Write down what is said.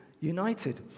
united